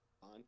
Fine